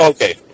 Okay